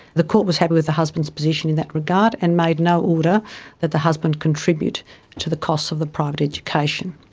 the court was happy with the husband's position in that regard and made no order that the husband contribute to the costs of the private education.